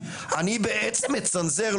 אני בעצם מצנזר,